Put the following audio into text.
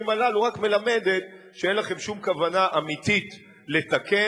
הללו רק מלמדת שאין לכם שום כוונה אמיתית לתקן,